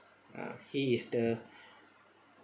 ah he is the